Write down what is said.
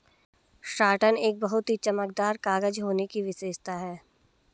satin एक बहुत ही चमकदार कागज होने की विशेषता है